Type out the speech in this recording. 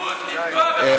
אין לך זכות לפגוע,